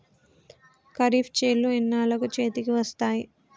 ఖరీఫ్ చేలు ఎన్నాళ్ళకు చేతికి వస్తాయి?